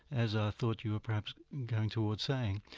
as i thought you were perhaps going towards saying,